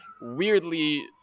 weirdly